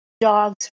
dogs